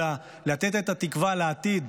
אלא לתת את התקווה לעתיד: